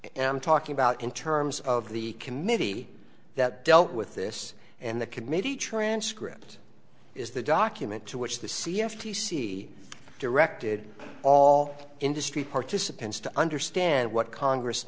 and i am talking about in terms of the committee that dealt with this and the committee transcript is the document to which the c f t c directed all industry participants to understand what congress